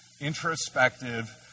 introspective